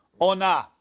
Ona